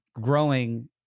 growing